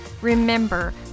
Remember